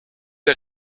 der